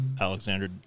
Alexander